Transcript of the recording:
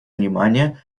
внимания